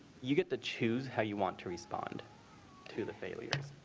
you get to choose how you want to respond to the failure.